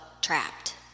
trapped